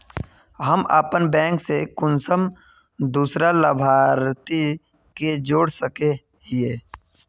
हम अपन बैंक से कुंसम दूसरा लाभारती के जोड़ सके हिय?